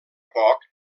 poc